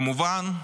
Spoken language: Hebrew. כמובן,